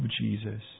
Jesus